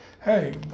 hey